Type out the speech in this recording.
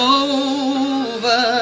over